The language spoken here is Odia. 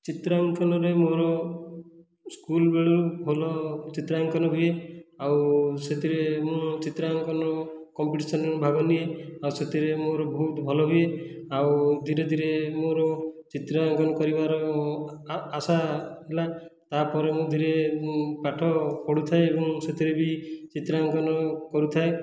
ଚିତ୍ରାଙ୍କନରେ ମୋର ସ୍କୁଲ ବେଳୁ ଭଲ ଚିତ୍ରାଙ୍କନ ହୁଏ ଆଉ ସେଥିରେ ମୁଁ ଚିତ୍ରାଙ୍କନ କମ୍ପିଟିସନ୍ରେ ମୁଁ ଭାଗ ନିଏ ଆଉ ସେଥିରେ ମୋର ବହୁତ ଭଲ ହୁଏ ଆଉ ଧୀରେ ଧୀରେ ମୋର ଚିତ୍ରାଙ୍କନ କରିବାର ଆଶା ହେଲା ତା'ପରେ ମୁଁ ଧୀରେ ମୁଁ ପାଠ ପଢ଼ୁଥାଏ ଏବଂ ସେଥିରେବି ଚିତ୍ରାଙ୍କନ କରୁଥାଏ